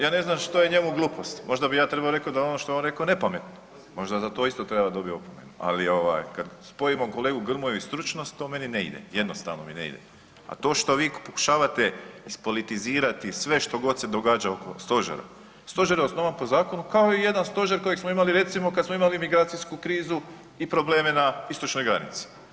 Ja ne znam što je njemu glupost, možda bi ja trebao reći da ono što je on rekao nepametno, možda za to isto treba dobit opomenu, ali ovaj kad spojimo kolegu Grmoju i stručnost to meni ne ide, jednostavno mi ne ide, a to što vi pokušavate ispolitizirati sve što god se događa oko stožera, stožer je osnovan po zakonu kao i jedan stožer kojeg smo imali recimo kad smo imali migracijsku krizu i probleme na istočnoj granici.